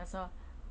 她说